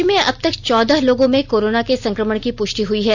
राज्य में अब तक चौदह लोगों में कोरोना के संक्रमण की पुष्टि हुई है